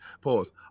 Pause